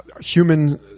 human